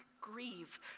grieve